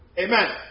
Amen